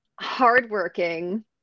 Hardworking